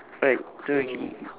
alright